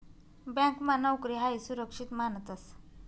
ब्यांकमा नोकरी हायी सुरक्षित मानतंस